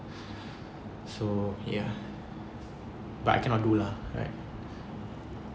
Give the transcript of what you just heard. so ya but I cannot do lah right